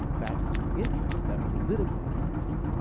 that interest, that political interest